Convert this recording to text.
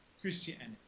Christianity